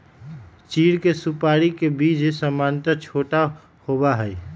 चीड़ के सुपाड़ी के बीज सामन्यतः छोटा होबा हई